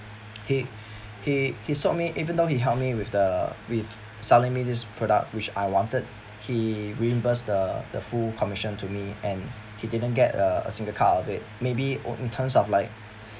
he he he saw me even though he help me with the with selling me this product which I wanted he reimburse the the full commission to me and he didn't get uh a single cut of it maybe in terms of like